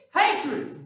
hatred